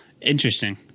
Interesting